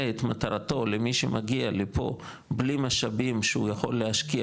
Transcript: את מטרתו למי שמגיע לפה בלי משאבים שהוא יכול להשקיע